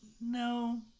no